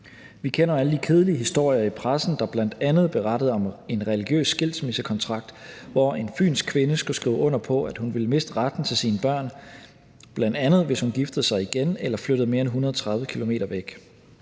Vi kender alle de kedelige historier i pressen, der bl.a. berettede om en religiøs skilsmissekontrakt, hvor en fynsk kvinde skulle skrive under på, at hun ville miste retten til sine børn, bl.a. hvis hun giftede sig igen eller flyttede mere end 130 km væk.